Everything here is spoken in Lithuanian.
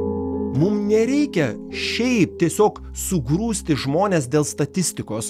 mum nereikia šiaip tiesiog sugrūsti žmones dėl statistikos